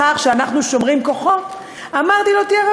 אדוני השר,